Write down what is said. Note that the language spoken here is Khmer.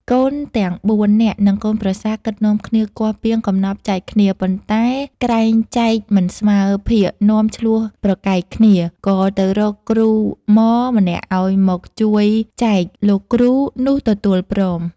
កូនទាំង ៤នាក់ និងកូនប្រសាគិតនាំគ្នាគាស់ពាងកំណប់ចែកគ្នា ប៉ុន្តែក្រែងចែក មិនស្មើភាគនាំឈ្លោះប្រែកែកគ្នា ក៏ទៅរកគ្រូហ្មម្នាក់ឱ្យមកជួយចែក លោកគ្រូនោះទទួលព្រម។